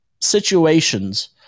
situations